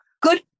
Good